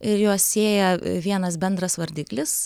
ir juos sieja vienas bendras vardiklis